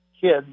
kids